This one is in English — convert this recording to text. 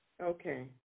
Okay